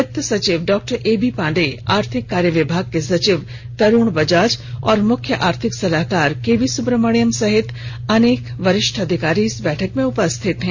वित्त सचिव doctor AB Pandey आर्थिक कार्य विभाग के सचिव तरूण बजाज और मुख्य आर्थिक सलाहकार केवीसुब्रमण्यन सहित अनेक वरिष्ठ अधिकारी इस बैठक में उपस्थित हैं